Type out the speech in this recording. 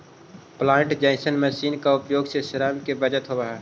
planter जईसन machine के उपयोग से श्रम के बचत होवऽ हई